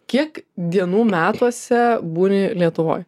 kiek dienų metuose būni lietuvoj